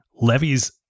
levies